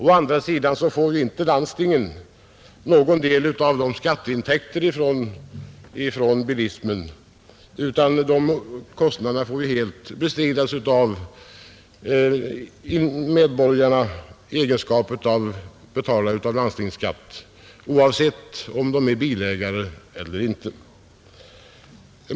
Å andra sidan får inte landstingen någon del av skatteintäkterna från bilismen, utan kostnaderna för sjukvård på grund av trafikolyckor får bestridas av medborgarna i form av landstingsskatt, oavsett om de är bilägare eller inte.